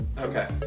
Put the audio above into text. Okay